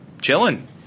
chilling